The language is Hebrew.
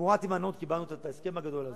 ותמורת הימנעות קיבלנו את ההסכם הגדול הזה,